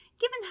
given